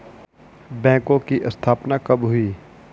बैंकों की स्थापना कब हुई?